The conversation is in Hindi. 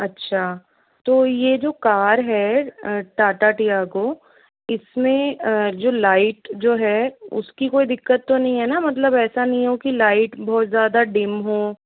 अच्छा तो यह जो कार है टाटा टियागो इसमें जो लाइट जो लाइट जो है उसकी कोई दिक्कत तो नहीं है न मतलब ऐसा नहीं हो लाइट बहुत ज़्यादा डिम हो